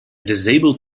disabled